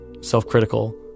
self-critical